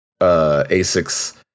Asics